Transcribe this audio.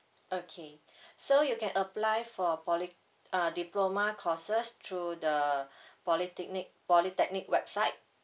okay so you can apply for poly uh diploma courses through the polytechnic polytechnic website